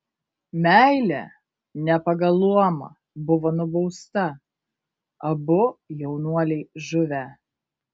meilė ne pagal luomą buvo nubausta abu jaunuoliai žuvę